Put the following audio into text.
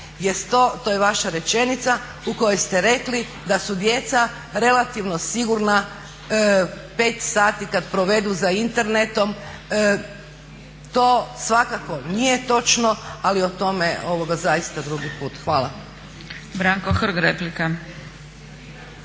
to je vaša rečenica u kojoj ste rekli da su djeca relativno sigurna 5 sati kad provedu za Internetom. To svakako nije točno, ali o tome zaista drugi put. Hvala.